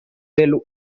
del